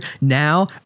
Now